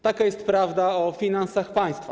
Taka jest prawda o finansach państwa.